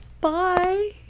bye